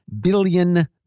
billion